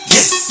Yes